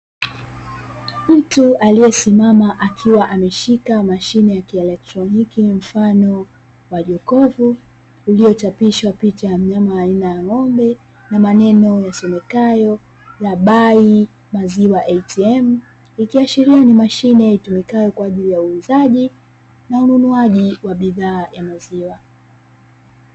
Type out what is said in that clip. Mtu aliyesimama akiwa ameshika mashine ya kielektroniki mfano wa jokofu, iliyochapishwa picha ya mnyama aina ya ng'ombe na maneno yasomekayo "RABAI MAZIWA ATM"; ikiashiria ni mashine itumikayo kwa ajili ya uuzaji na ununuaji wa bidhaa ya maziwa.